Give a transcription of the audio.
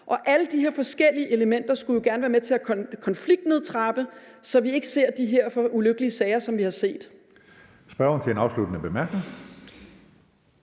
Alle de her forskellige elementer skulle jo gerne være med til at konfliktnedtrappe, så vi ikke ser de her ulykkelige sager, som vi har set.